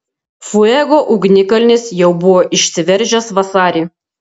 fuego ugnikalnis jau buvo išsiveržęs vasarį